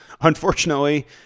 unfortunately